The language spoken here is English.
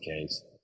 case